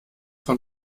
von